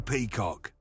Peacock